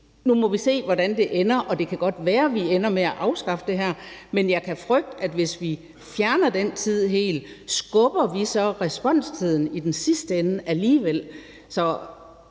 Nu må vi se, hvor det ender. Det kan godt være, vi ender med at afskaffe det her, men jeg kan frygte, om vi, hvis vi fjerner den tid helt, skubber responstiden i den sidste ende alligevel.